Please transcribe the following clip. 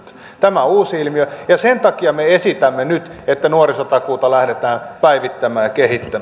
tämä on uusi ilmiö ja sen takia me esitämme nyt että nuorisotakuuta lähdetään päivittämään ja